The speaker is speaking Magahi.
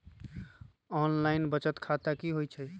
ऑनलाइन बचत खाता की होई छई?